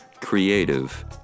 creative